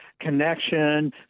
connection